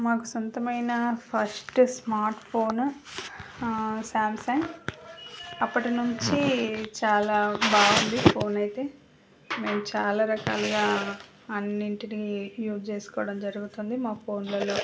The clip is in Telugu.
మాకు సొంతమైన ఫస్ట్ స్మార్ట్ ఫోన్ శాంసంగ్ అప్పటినుంచి చాలా బాగుంది ఫోనైతే మేము చాలారకాలుగా అన్నింటిని యూజ్ చేసుకోవటం జరుగుతుంది మా ఫోన్లల్లో